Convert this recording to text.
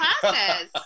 classes